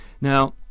Now